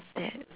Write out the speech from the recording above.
that